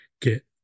get